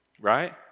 right